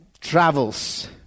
travels